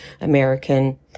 American